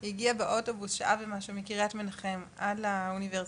היא הגיעה באוטובוס שעה ומשהו מקריית מנחם עד לאוניברסיטה,